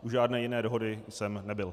U žádné jiné dohody jsem nebyl.